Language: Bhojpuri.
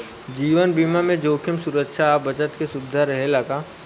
जीवन बीमा में जोखिम सुरक्षा आ बचत के सुविधा रहेला का?